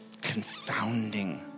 confounding